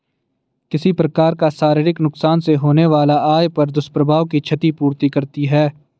किसी प्रकार का शारीरिक नुकसान से होने वाला आय पर दुष्प्रभाव की क्षति पूर्ति करती है